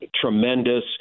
tremendous